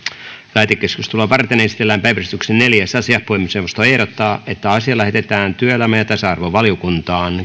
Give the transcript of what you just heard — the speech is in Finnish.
lähetekeskustelua varten esitellään päiväjärjestyksen neljäs asia puhemiesneuvosto ehdottaa että asia lähetetään työelämä ja tasa arvovaliokuntaan